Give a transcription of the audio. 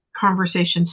conversations